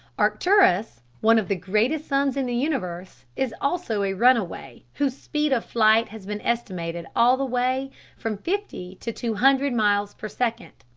arcturus, one of the greatest suns in the universe, is also a runaway, whose speed of flight has been estimated all the way from fifty to two hundred miles per second.